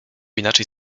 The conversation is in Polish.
inaczej